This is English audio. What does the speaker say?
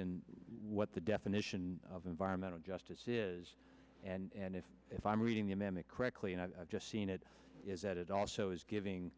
in what the definition of environmental justice is and if if i'm reading them it correctly and i've just seen it is that it also is giving